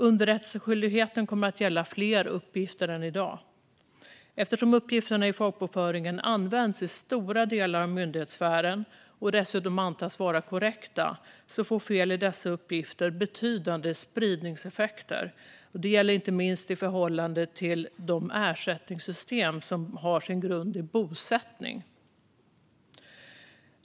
Underrättelseskyldigheten kommer att gälla fler uppgifter än i dag. Eftersom uppgifterna i folkbokföringen används i stora delar av myndighetssfären och dessutom antas vara korrekta får fel i dessa uppgifter betydande spridningseffekter. Det gäller inte minst i förhållande till de ersättningssystem som har sin grund i bosättning.